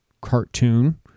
cartoon